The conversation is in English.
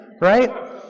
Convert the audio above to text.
right